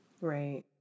right